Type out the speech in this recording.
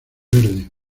verde